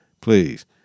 Please